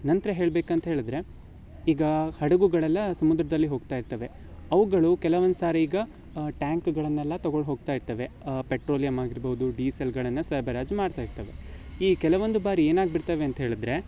ನಂತರ ಹೇಳ್ಬೇಕಂತ ಹೇಳಿದ್ರೆ ಈಗ ಹಡಗುಗಳೆಲ್ಲ ಸಮುದ್ರದಲ್ಲಿ ಹೋಗ್ತಾ ಇರ್ತವೆ ಅವುಗಳು ಕೆಲವೊಂದು ಸಾರಿ ಈಗ ಟ್ಯಾಂಕುಗಳನ್ನೆಲ್ಲ ತಗೊಂಡು ಹೋಗ್ತಾ ಇರ್ತವೆ ಪೆಟ್ರೋಲಿಯಮ್ ಆಗಿರ್ಬೋದು ಡೀಸೆಲ್ಗಳನ್ನು ಸರ್ಬರಾಜು ಮಾಡ್ತಾ ಇರ್ತವೆ ಈ ಕೆಲವೊಂದು ಬಾರಿ ಏನು ಆಗ್ಬಿಡ್ತವೆ ಅಂತ ಹೇಳಿದ್ರೆ